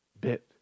bit